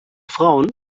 frauen